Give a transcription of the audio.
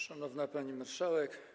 Szanowna Pani Marszałek!